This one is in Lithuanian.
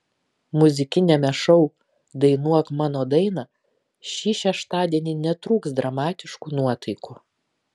muzikiniame šou dainuok mano dainą šį šeštadienį netrūks dramatiškų nuotaikų